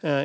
Sverige.